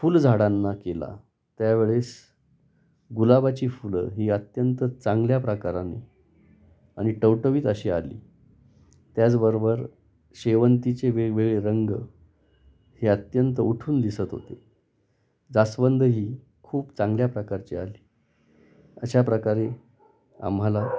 फुलझाडांना केला त्यावेळेस गुलाबाची फुलं ही अत्यंत चांगल्या प्रकाराने आणि टवटवीत अशी आली त्याचबरोबर शेवंतीचे वेगवेगळे रंग हे अत्यंत उठून दिसत होते जास्वंद ही खूप चांगल्या प्रकारची आली अशा प्रकारे आम्हाला